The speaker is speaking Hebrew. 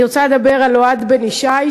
אני רוצה לדבר על אוהד בן-ישי,